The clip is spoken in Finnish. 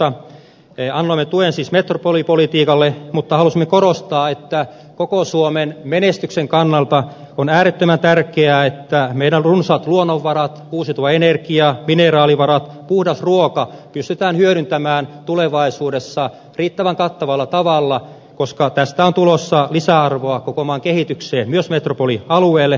annoimme siis tuen metropolipolitiikalle mutta halusimme korostaa että koko suomen menestyksen kannalta on äärettömän tärkeää että meidän runsaat luonnonvarat uusiutuva energia mineraalivarat puhdas ruoka pystytään hyödyntämään tulevaisuudessa riittävän kattavalla tavalla koska tästä on tulossa lisäarvoa koko maan kehitykseen myös metropolialueelle